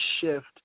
shift